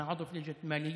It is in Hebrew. אני חבר בוועדת הכספים,